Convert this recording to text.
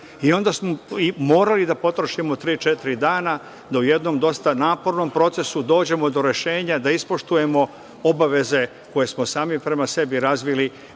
Onda smo morali da potrošimo tri, četiri dana da u jednom dosta napornom procesu dođemo do rešenja da ispoštujemo obaveze koje smo sami prema sebi razvili